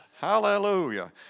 hallelujah